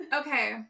Okay